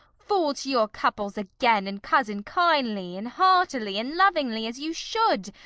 fall to your couples again, and cozen kindly, and heartily, and lovingly, as you should,